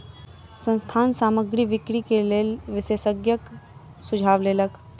संस्थान सामग्री बिक्री के लेल विशेषज्ञक सुझाव लेलक